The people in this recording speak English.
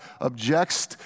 objects